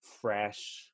fresh